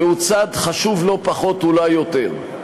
והוא צד חשוב לא פחות, אולי יותר.